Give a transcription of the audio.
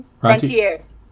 Frontiers